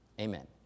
Amen